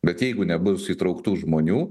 bet jeigu nebus įtrauktų žmonių